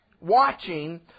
Watching